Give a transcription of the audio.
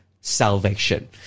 salvation